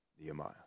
Nehemiah